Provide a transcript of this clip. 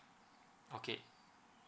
okay